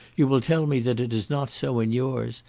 you will tell me that it is not so in yours.